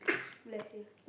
bless you